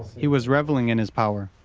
he was revelling in his power.